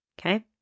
Okay